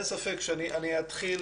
אני אתחיל,